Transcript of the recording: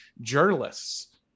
journalists